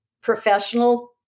professional